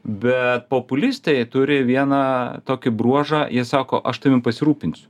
bet populistai turi vieną tokį bruožą jie sako aš tavim pasirūpinsiu